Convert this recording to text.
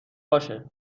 باشه